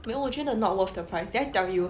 没有我觉得 not worth the price did I tell you